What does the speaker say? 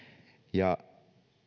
ja